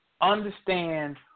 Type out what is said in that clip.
Understand